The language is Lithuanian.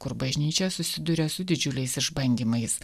kur bažnyčia susiduria su didžiuliais išbandymais